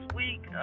week